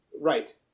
Right